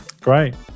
Great